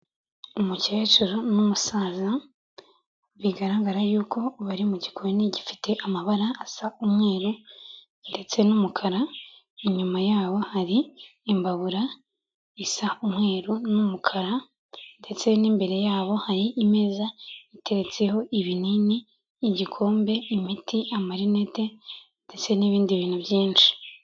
Umukecuru n'umusaza, bigaragara y'uko uburi mu gikoni gifite amabara asa umweru ndetse n'umukara, inyuma yabo hari imbabura isa umweru n'umukara ndetse n'imbere yabo hari imeza iteretseho ibinini, igikombe, imiti, amarinete ndetse n'ibindi bintu byinshi.